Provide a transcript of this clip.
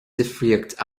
difríocht